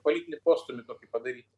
politinį postūmį tokį padaryti